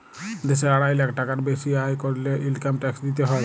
দ্যাশে আড়াই লাখ টাকার বেসি আয় ক্যরলে ইলকাম ট্যাক্স দিতে হ্যয়